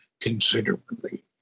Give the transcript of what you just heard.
considerably